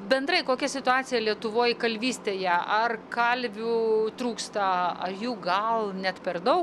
bendrai kokia situacija lietuvoj kalvystėje ar kalvių trūksta ar jų gal net per daug